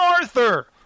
Arthur